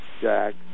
Jack